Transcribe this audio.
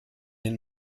den